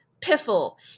piffle